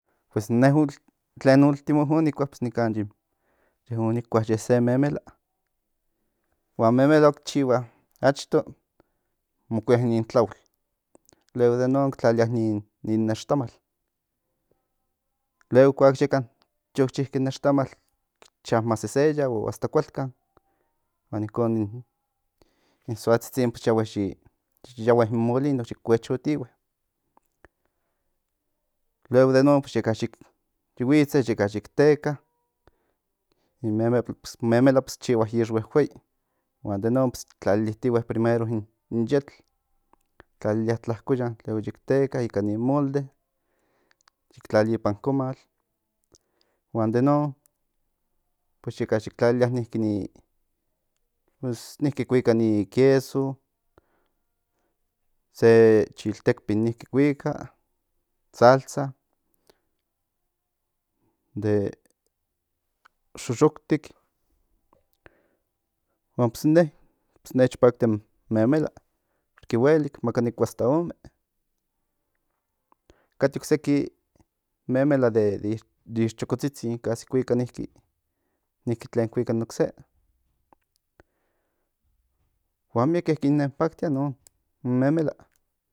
Pues in ne tlen último o nikua pues in nikan ye se memela huan memela ki chihua achto mo kuia in tlaol luego den non mo tlalilia ni nextamal luego kuak yo ki chile ni nextamal cha ma seseya o hasta kualkan huan inkon in soatsitsin yo yahue in molino yik kuechotihue luego den non yi huitze yeka yik teka in memela pues in memela chihua ix huehuei huan den non tlalilitihue primero in yetl tlalilia tlakoyan luego yik teka ikan nin molde yik tlalia ipan comal huan den non pues yeka yic tlalilia niki ni pues niki kuika ni queso se chiltekpin niki kuika salsa de xoxoktik huan pues in ne nech paktia in memela huelik maka nikua hasta ome kate ocseki memela de ixchocotzitzin casi kuika niki tlen kuika in nocse huan mieke kin nen paktia in non memela